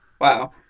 Wow